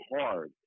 hard